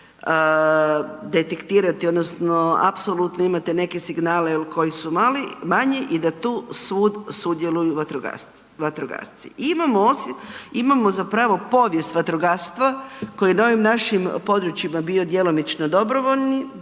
detektirati odnosno apsolutno imate neke signale koji su mali, manji i da tu sudjeluju vatrogasci. Imamo zapravo povijest vatrogastva koji na ovim našim područjima bio djelomično dobrovoljni,